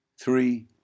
Three